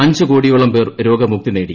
അഞ്ച് കോടിയോളം പേർ രോഗമുക്തി നേടി